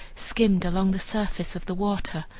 skimmed along the surface of the water,